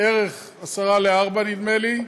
בערך 3:50 נדמה לי,